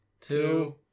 two